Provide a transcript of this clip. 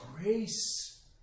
grace